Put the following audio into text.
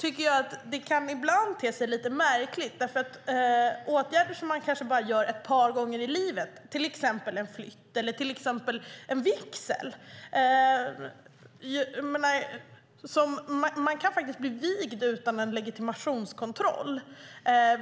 Det kan ibland te sig lite märkligt när det gäller åtgärder som man kanske bara gör ett par gånger i livet, till exempel en flytt eller en vigsel. Man kan faktiskt bli vigd utan legitimationskontroll.